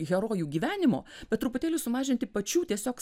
herojų gyvenimo bet truputėlį sumažinti pačių tiesiog